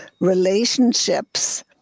relationships